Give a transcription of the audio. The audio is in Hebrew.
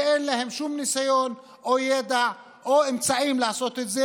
שאין להם שום ניסיון, ידע או אמצעים לעשות את זה.